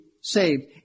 saved